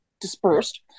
dispersed